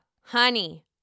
honey